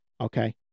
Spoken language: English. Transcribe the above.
Okay